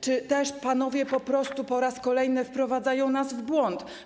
Czy też panowie po prostu po raz kolejny wprowadzają nas w błąd?